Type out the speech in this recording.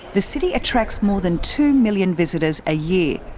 the city attracts more than two million visitors a year.